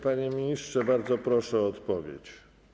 Panie ministrze, bardzo proszę o odpowiedź.